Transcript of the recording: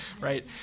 right